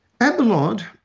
Abelard